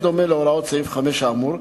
בדומה להוראות סעיף 5 האמור,